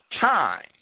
time